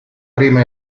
prima